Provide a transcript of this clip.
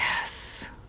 Yes